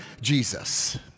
Jesus